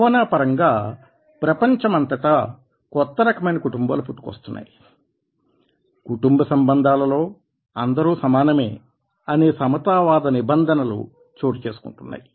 భావనాపరంగా ప్రపంచమంతటా కొత్త రకమైన కుటుంబాలు పుట్టుకొస్తున్నాయి కుటుంబ సంబంధాలలో అందరూ సమానమే అనే సమతా వాద నిబంధనలు చోటుచేసుకుంటున్నాయి